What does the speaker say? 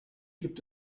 gibt